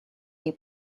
nie